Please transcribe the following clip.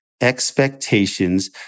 Expectations